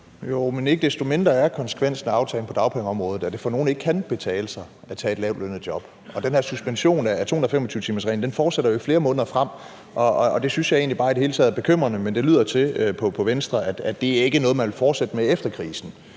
Jo, men ikke desto mindre er konsekvensen af aftalen på dagpengeområdet, at det for nogle ikke kan betale sig at tage et lavtlønnet job, og den her suspension af 225-timersreglen fortsætter jo i flere måneder frem, og det synes jeg egentlig i det hele taget bare er bekymrende, men det lyder til på Venstre, som om det ikke er noget, man vil fortsætte med efter krisen,